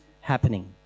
happening